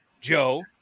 Joe